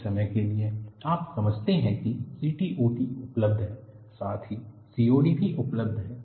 कुछ समय के लिए आप समझते हैं कि CTOD उपलब्ध है साथ ही COD भी उपलब्ध है